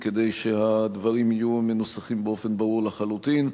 כדי שהדברים יהיו מנוסחים באופן ברור לחלוטין.